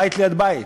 בית ליד בית.